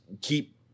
keep